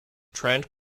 trent